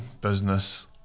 business